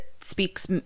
speaks